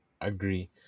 agree